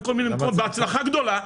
בכל מיני מקומות בהצלחה גדולה,